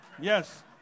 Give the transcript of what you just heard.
Yes